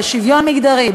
בשוויון מגדרי,